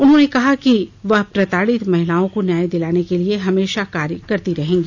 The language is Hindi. उन्होंने कहा कि वह प्रताड़ित महिलाओं को न्याय दिलाने के लिए हमेशा कार्य करती रहेंगी